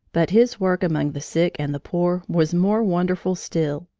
but his work among the sick and the poor was more wonderful still.